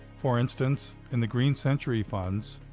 for instance, in the green century funds,